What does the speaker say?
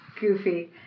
Goofy